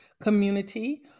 community